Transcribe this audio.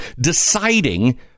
deciding